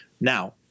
now